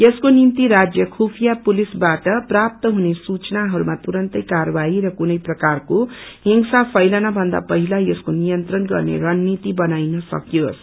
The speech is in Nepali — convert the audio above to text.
यसको निम्ति राज्य खुफिया पुलिसबाट प्राप्त हुने सुख्नाहरूमा तुनन्तै कार्यवाही र कुनै प्रकारको हिंसा फैलन भन्दा पहिला यसको नियन्त्रण गर्ने रणनीति बनाईन सकियोस